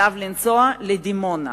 עליו לנסוע לדימונה.